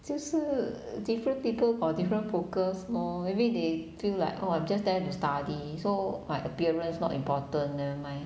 就是 different people got different focus or maybe they think like orh I'm just there to study so my appearance not important nevermind